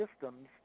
systems